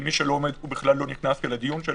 מי שלא עומד הוא בכלל לא נכנס כאן לדיון שלנו,